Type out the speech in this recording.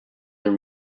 are